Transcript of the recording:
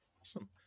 Awesome